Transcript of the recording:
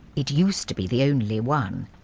it used to be the only one.